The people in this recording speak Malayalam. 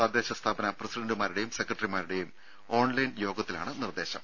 തദ്ദേശ സ്ഥാപന പ്രസിഡണ്ടുമാരുടെയും സെക്രട്ടറിമാരുടെയും ഓൺലൈൻ യോഗത്തിലാണ് നിർദേശം